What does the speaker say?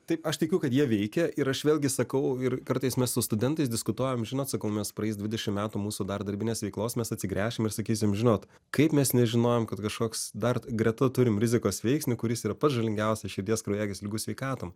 taip aš tikiu kad jie veikia ir aš vėlgi sakau ir kartais mes su studentais diskutuojam žinot sakau mes praeis dvidešimt metų mūsų dar darbinės veiklos mes atsigręšime ir sakysim žinot kaip mes nežinojom kad kažkoks dar greta turim rizikos veiksnį kuris yra pats žalingiausias širdies kraujagyslių ligų sveikatom